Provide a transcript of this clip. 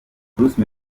bruce